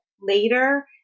later